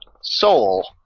soul